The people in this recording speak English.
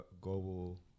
global